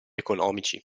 economici